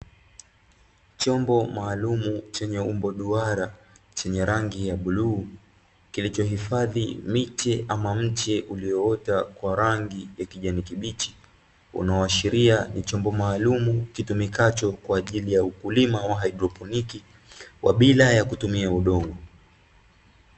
Chombo maalumu chenye umbo duara chenye rangi ya bluu, kilichohifadhi miche ama mche ulioota kwa rangi ya kijani kibichi unaoashiria ni chombo maalumu kitumikacho kwa ajili ya ukulim wa haidroponiki wa bila ya kutumia udongo.